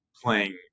playing